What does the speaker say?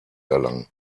erlangen